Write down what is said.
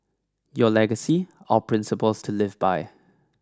your legacy our principles to live by